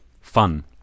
fun